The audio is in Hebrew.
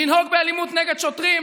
לנהוג באלימות נגד שוטרים,